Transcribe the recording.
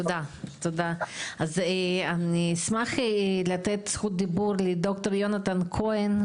אני אשמח לתת את זכות הדיבור לד"ר יונתן כהן,